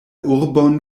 urbon